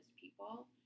people